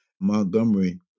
Montgomery